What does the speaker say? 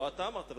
לא אתה אמרת,